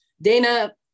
Dana